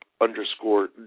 Underscore